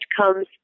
comes